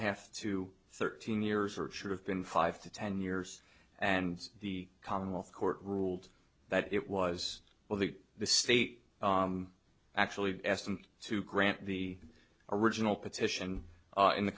a half to thirteen years or should have been five to ten years and the commonwealth court ruled that it was well that the state actually to grant the original petition in the